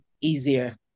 easier